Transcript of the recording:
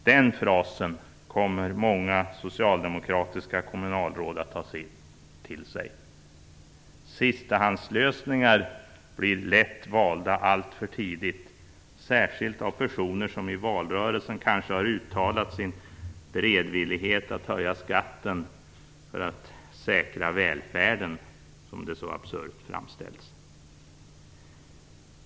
Den frasen kommer många socialdemokratiska kommunalråd att ta till sig - sistahandslösningar blir lätt valda alltför tidigt, särskilt av personer som i valrörelsen har uttalat sin beredvillighet att höja skatten "för att säkra välfärden", som det så absurt framställts.